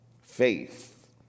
faith